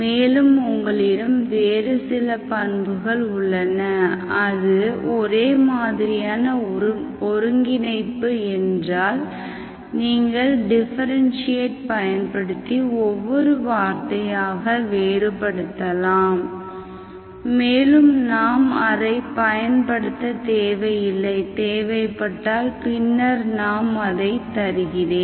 மேலும் உங்களிடம் வேறு சில பண்புகள் உள்ளன அது ஒரே மாதிரியான ஒருங்கிணைப்பு என்றால் நீங்கள் டிஃபரென்ஷியேட் பயன்படுத்தி ஒவ்வொரு வார்த்தையாக வேறுபடுத்தலாம் மேலும் நாம் அதைப் பயன்படுத்த தேவை இல்லை தேவைப்பட்டால் பின்னர் நான் அதை தருகிறேன்